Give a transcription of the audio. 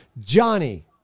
Johnny